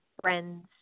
Friends